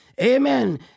Amen